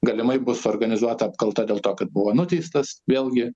galimai bus suorganizuota apkalta dėl to kad buvo nuteistas vėlgi